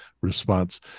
response